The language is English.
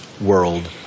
world